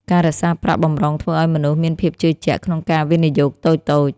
ការរក្សាប្រាក់បម្រុងធ្វើឱ្យមនុស្សមានភាពជឿជាក់ក្នុងការវិនិយោគតូចៗ។